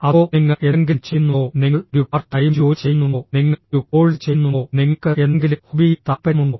അതോ നിങ്ങൾ എന്തെങ്കിലും ചെയ്യുന്നുണ്ടോ നിങ്ങൾ ഒരു പാർട്ട് ടൈം ജോലി ചെയ്യുന്നുണ്ടോ നിങ്ങൾ ഒരു കോഴ്സ് ചെയ്യുന്നുണ്ടോ നിങ്ങൾക്ക് എന്തെങ്കിലും ഹോബിയിൽ താൽപ്പര്യമുണ്ടോ